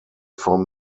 from